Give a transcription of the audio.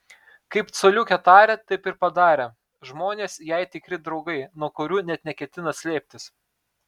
kaip coliukė tarė taip ir padarė žmonės jai tikri draugai nuo kurių net neketina slėptis